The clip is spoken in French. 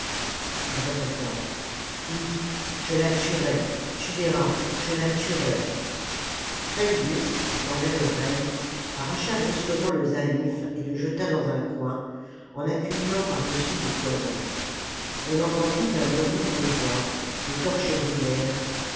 ii répéta oui je la tuerai tu verras je la tuerai spendius qui tendait l'oreille arracha brusquement le zaïmph et le jeta dans un coin en accumulant par-dessus des toisons on entendit un murmure de voix des torches